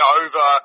over